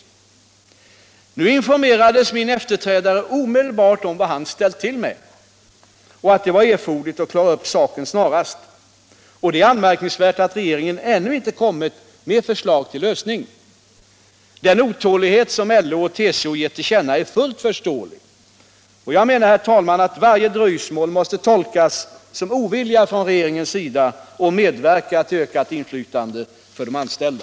Min efterträdare informerades omedelbart om vad han hade ställt till med och att det var erforderligt att klara upp saken snarast. Det är anmärkningsvärt att regeringen ännu inte lagt fram förslag till lösning. Den otålighet som LO och TCO gett till känna är fullt förståelig. Jag menar, herr talman, att varje dröjsmål måste tolkas som ovilja från regeringens sida att medverka till ökat inflytande för de anställda.